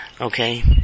Okay